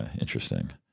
interesting